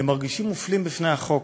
הם מרגישים מופלים בפני החוק.